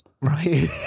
right